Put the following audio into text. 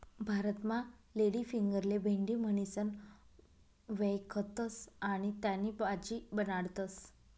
भारतमा लेडीफिंगरले भेंडी म्हणीसण व्यकखतस आणि त्यानी भाजी बनाडतस